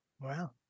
Wow